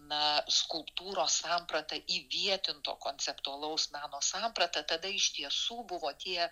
na skulptūros sampratą įvietinto konceptualaus meno sampratą tada iš tiesų buvo tie